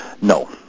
No